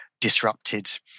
disrupted